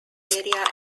area